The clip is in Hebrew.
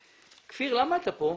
כפיר, למה אתה כאן?